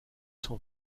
cent